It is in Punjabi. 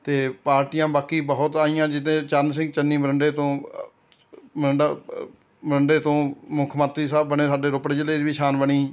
ਅਤੇ ਪਾਰਟੀਆਂ ਬਾਕੀ ਬਹੁਤ ਆਈਆਂ ਜਿੱਦਾਂ ਚਰਨ ਸਿੰਘ ਚੰਨੀ ਮਰਿੰਡੇ ਤੋਂ ਮਰਿੰਡਾ ਮਰਿੰਡੇ ਤੋਂ ਮੁੱਖ ਮੰਤਰੀ ਸਾਹਿਬ ਬਣੇ ਸਾਡੇ ਰੋਪੜ ਜ਼ਿਲ੍ਹੇ 'ਚ ਵੀ ਸ਼ਾਨ ਬਣੀ